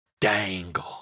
dangle